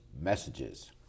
messages